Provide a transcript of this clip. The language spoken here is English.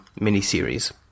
miniseries